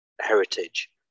heritage